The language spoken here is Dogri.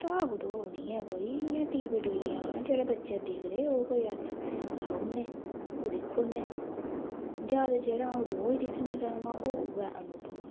कताब कतुब नेईं ऐ कोई इ'यां टी वी टुवी हां जेह्ड़े बच्चे दिखदे ओह् कोई अस लाउड़ने ओह् दिक्खी ओड़ने ज्यादा जेह्ड़ा आ'ऊं रोज़ दिक्खनी ड्रामा ओह् उ'यै अनुपमा